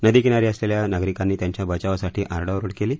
नदीकिनारी असलेल्या नागरिकांनी त्यांच्या बचावासाठी आरडाओरड केली